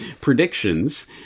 predictions